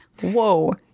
Whoa